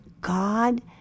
God